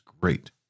great